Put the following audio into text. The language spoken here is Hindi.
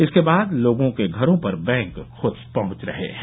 इसके बाद लोगों के घरों पर बैंक खुद पहुंच रहे हैं